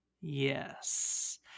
Yes